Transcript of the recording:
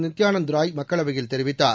நித்யானந்த் ராய் மக்களவையில் தெரிவித்தார்